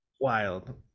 Wild